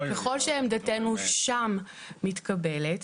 ככל שעמדתנו שם מתקבלת,